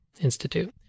Institute